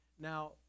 Now